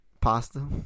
Pasta